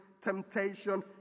temptation